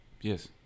Yes